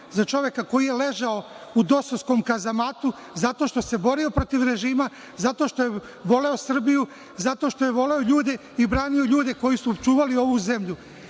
za čoveka koji je ležao u Dosovskom kazamatu, zato što se borio protiv režima, zato što je voleo Srbiju, zato što je voleo ljude koji su čuvali ovu zemlju. Nikada